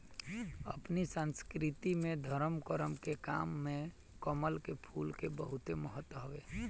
अपनी संस्कृति में धरम करम के काम में कमल के फूल के बहुते महत्व हवे